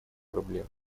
проблем